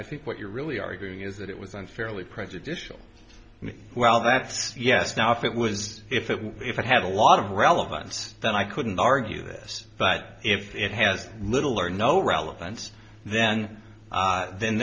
i think what you're really arguing is that it was unfairly prejudicial me well that's yes now if it was if it were if it had a lot of relevance then i couldn't argue this but if it has little or no relevance then